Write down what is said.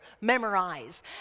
memorize